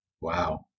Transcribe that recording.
Wow